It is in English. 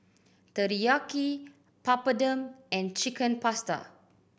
Teriyaki Papadum and Chicken Pasta